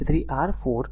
તેથી r 4 1